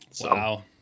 Wow